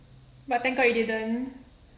but thank god you didn't